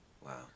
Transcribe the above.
Wow